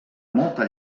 molta